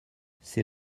c’est